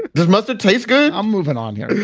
there's mustard tastes good. i'm moving on here.